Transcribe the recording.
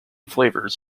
flavors